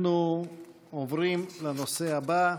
אנחנו עובדים לנושא הבא.